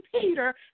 peter